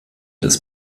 des